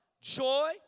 joy